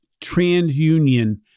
TransUnion